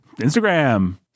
instagram